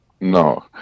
no